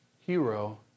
hero